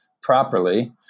properly